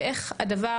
ואיך הדבר